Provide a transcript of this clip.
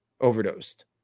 overdosed